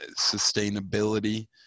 sustainability